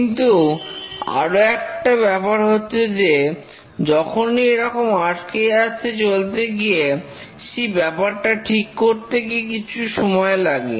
কিন্তু আরো একটা ব্যাপার হচ্ছে যে যখনই এরকম আটকে যাচ্ছে চলতে গিয়ে সেই ব্যাপারটা ঠিক করতে গিয়ে কিছু সময় লাগে